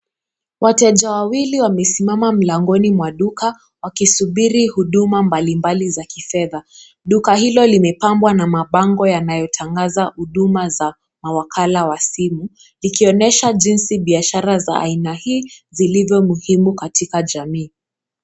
Wateja wawili wamesimama mlangoni mwaduka wakisuburi huduma mbalimbali zaki fedha duka hili lime pambwa na mabango yanayo tangaza huduma za mwakala wa simu ikionyesha jinsi biashara zaaia hii ziko muhimu katika jamii.